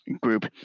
group